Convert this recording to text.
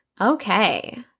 Okay